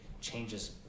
changes